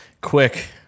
Quick